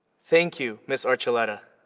thank you, ms. archuleta.